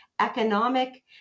economic